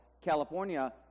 California